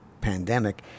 pandemic